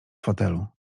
fotelu